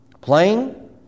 Playing